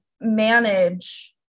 manage